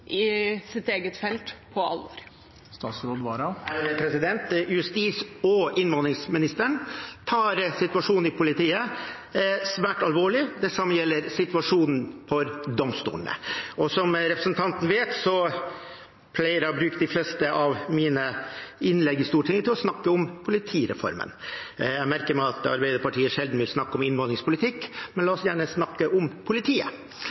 i sitt eget felt på alvor? Justis- og innvandringsministeren tar situasjonen i politiet svært alvorlig. Det samme gjelder situasjonen for domstolene. Og som representanten vet, pleier jeg å bruke de fleste av mine innlegg i Stortinget til å snakke om politireformen. Jeg merker meg at Arbeiderpartiet sjelden vil snakke om innvandringspolitikk, men la oss gjerne snakke om politiet.